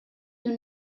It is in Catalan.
d’un